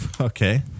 Okay